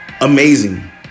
amazing